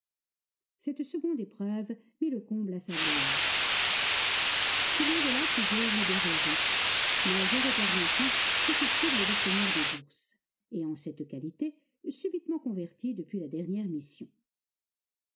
cette seconde épreuve mit le comble à sa gloire il y avait là plusieurs libéraux riches mais heureux pères d'enfants susceptibles d'obtenir des bourses et en cette qualité subitement convertis depuis la dernière mission